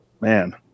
man